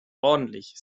ordentlich